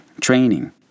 training